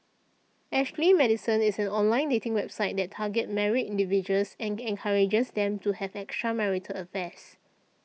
Ashley Madison is an online dating website that targets married individuals and encourages them to have extramarital affairs